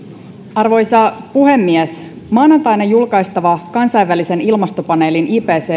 arvoisa puhemies maanantaina julkaistava kansainvälisen ilmastopaneelin ipccn